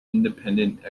independent